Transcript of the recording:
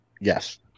Yes